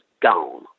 gone